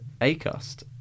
Acast